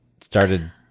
started